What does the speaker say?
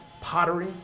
pottery